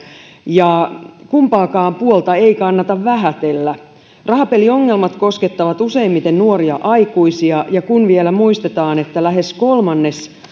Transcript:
ja kumpaakaan puolta ei kannata vähätellä rahapeliongelmat koskettavat useimmiten nuoria aikuisia ja kun vielä muistetaan että lähes kolmannes